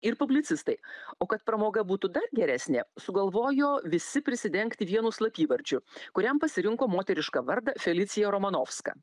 ir publicistai o kad pramoga būtų dar geresnė sugalvojo visi prisidengti vienu slapyvardžiu kuriam pasirinko moterišką vardą felicija romanovska